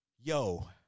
Yo